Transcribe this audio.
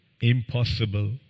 impossible